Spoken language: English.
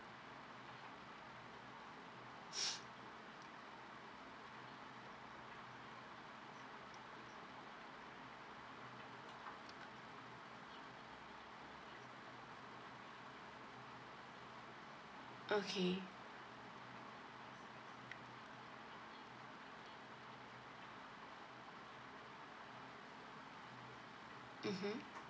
okay mmhmm